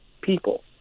people